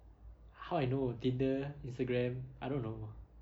how I know tinder instagram I don't know